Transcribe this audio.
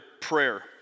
prayer